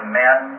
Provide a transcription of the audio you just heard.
men